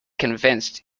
convinced